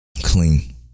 Clean